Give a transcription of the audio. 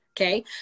okay